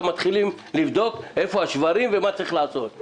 מתחילים לבדוק איפה השברים ומה צריך לעשות.